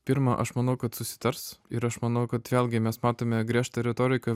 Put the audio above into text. pirma aš manau kad susitars ir aš manau kad vėlgi mes matome griežtą retoriką